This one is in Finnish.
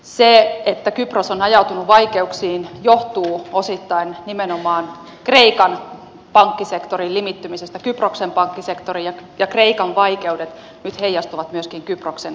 se että kypros on ajautunut vaikeuksiin johtuu osittain nimenomaan kreikan pankkisektorin limittymisestä kyproksen pankkisektoriin ja kreikan vaikeudet nyt heijastuvat myöskin kyproksen vaikeuksiksi